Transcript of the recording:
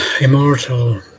immortal